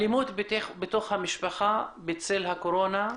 אלימות בתוך המשפחה בצל הקורונה,